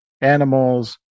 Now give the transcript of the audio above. animals